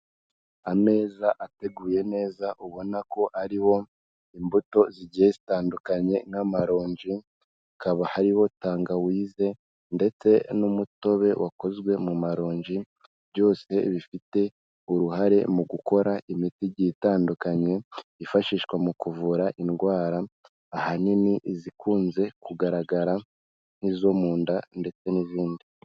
Ameza ateguye neza ubona ko ariho imbuto zigiye zitandukanye nk'amaronji, hakaba hariho tangawize ndetse n'umutobe wakozwe mu marongi, byose bifite uruhare mu gukora imiti igiye itandukanye yifashishwa mu kuvura indwara, ahanini izikunze kugaragara nk'izo mu nda ndetse n'izindi.